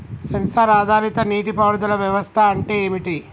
Censor ఆధారిత నీటి పారుదల వ్యవస్థ అంటే ఏమిటి?